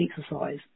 exercise